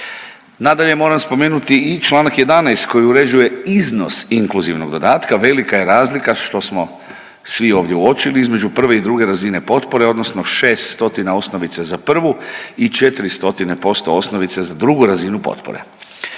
Nadalje, moram spomenuti i čl. 11 koji uređuje iznos inkluzivnog dodatka, velika je razlika što smo svi ovdje uočili između prve i druge razine potpore, odnosno 600 osnovice za prvu i 400% za drugu razinu potpore.